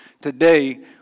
Today